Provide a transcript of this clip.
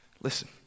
Listen